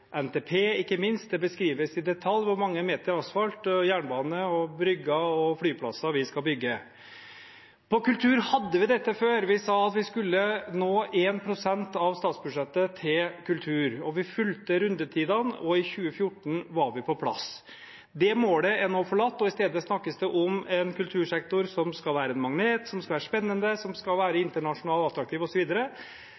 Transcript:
NTP, ikke minst, hvor det beskrives i detalj hvor mange meter asfalt, jernbane, brygge og flyplass vi skal bygge. Innen kultur hadde vi dette før. Vi sa at vi skulle nå 1 pst. av statsbudsjettet til kultur. Vi fulgte rundetidene, og i 2014 var vi på plass. Det målet er nå forlatt, og i stedet snakkes det om en kultursektor som skal være en magnet, som skal være spennende,